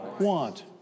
Want